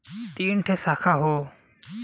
तीन ठे साखा हौ